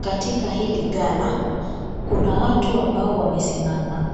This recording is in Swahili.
Katika hili ghala, kuna watu ambao wamesimama,